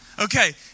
okay